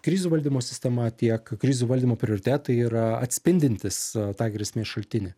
krizių valdymo sistema tiek krizių valdymo prioritetai yra atspindintys tą grėsmės šaltinį